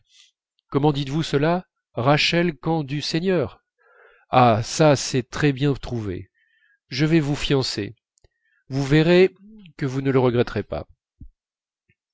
comment dites-vous cela rachel quand du seigneur ah ça c'est très bien trouvé je vais vous fiancer vous verrez que vous ne le regretterez pas